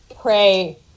pray